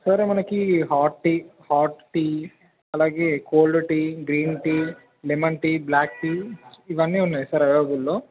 sir మనకి hot tea hot tea అలాగే cold tea green tea lemon tea black tea ఇవన్నీ ఉన్నాయి sir అవైలబుల్లో